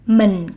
mình